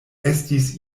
estis